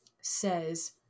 says